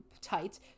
tight